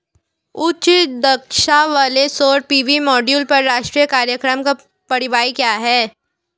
उच्च दक्षता वाले सौर पी.वी मॉड्यूल पर राष्ट्रीय कार्यक्रम का परिव्यय क्या है?